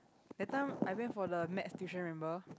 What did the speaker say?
that time I went for the Math tuition remember